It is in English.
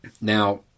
Now